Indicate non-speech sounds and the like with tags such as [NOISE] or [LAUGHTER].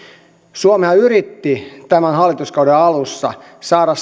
suomihan yritti tämän hallituskauden alussa saada [UNINTELLIGIBLE]